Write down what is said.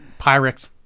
Pyrex